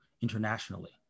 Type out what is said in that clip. internationally